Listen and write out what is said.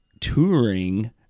touring